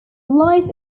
life